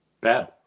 Bad